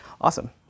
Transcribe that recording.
Awesome